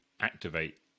activate